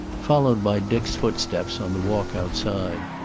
followed by dick's footsteps on the walk outside.